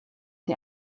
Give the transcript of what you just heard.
die